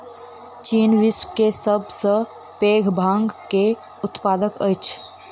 चीन विश्व के सब सॅ पैघ भांग के उत्पादक अछि